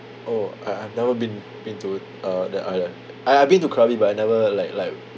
oh I I've never been been to uh that island I've I've been to krabi but I never like like